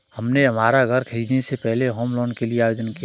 हमने हमारा घर खरीदने से पहले होम लोन के लिए आवेदन किया था